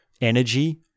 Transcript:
energy